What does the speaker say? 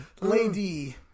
Lady